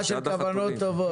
שעה של כוונות טובות.